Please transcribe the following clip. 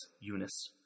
Eunice